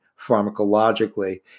pharmacologically